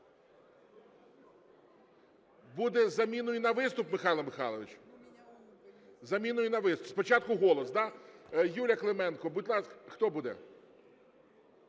Буде із заміною на виступ, Михайло Михайлович? Із заміною на виступ. Спочатку "Голос" – да? Юлія Клименко, будь ласка… Хто буде?